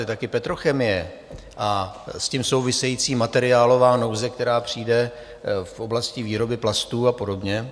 To je také petrochemie a s tím související materiálová nouze, která přijde v oblasti výroby plastů a podobně.